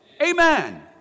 Amen